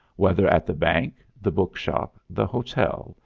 whether at the bank, the bookshop, the hotel,